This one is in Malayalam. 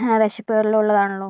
വിശപ്പ് എല്ലം ഉള്ളതാണല്ലോ